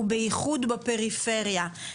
ובייחוד בפריפריה.